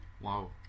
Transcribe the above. Wow